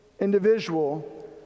individual